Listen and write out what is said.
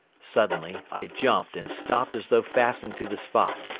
suddenly i jumped and stopped as though fastened to the spot.